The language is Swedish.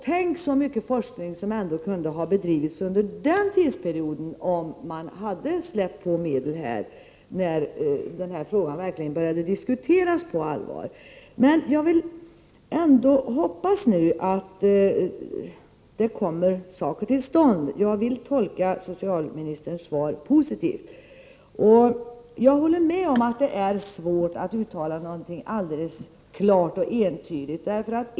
Tänk så mycken forskning som ändå hade kunnat bedrivas under denna tidsperiod om regeringen hade givit forskningen medel när denna fråga verkligen började diskuteras på allvar. Jag vill ändå hoppas att saker kommer till stånd. Jag vill tolka socialministerns svar positivt, och jag håller med om att det är svårt att uttala något alldeles klart och entydigt i denna fråga.